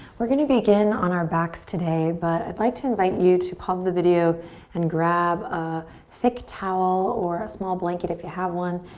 we're gonna begin on our backs today but i'd like to invite you to to pause the video and grab a thick towel or a small blanket if you have one.